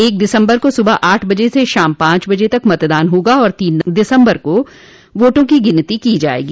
एक दिसम्बर को सुबह आठ बजे से सांय पांच बजे तक मतदान होगा और तीन दिसम्बर को वोटों की गिनती की जायेगी